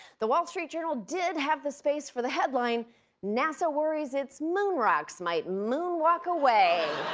the wall street journal did have the space for the headline nasa worries its moonrocks might moonwalk away.